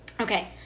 Okay